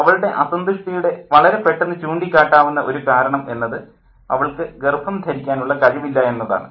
അവളുടെ അസന്തുഷ്ടിയുടെ വളരെ പെട്ടെന്ന് ചൂണ്ടിക്കാട്ടാവുന്ന ഒരു കാരണം എന്നത് അവൾക്ക് ഗർഭം ധരിക്കാനുള്ള കഴിവില്ല എന്നതാണ്